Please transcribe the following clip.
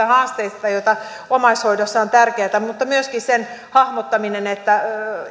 haasteista joita on omaishoidossa on tärkeätä mutta myöskin sen hahmottaminen että